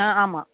ஆ ஆமாம்